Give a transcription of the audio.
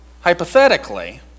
hypothetically